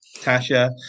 Tasha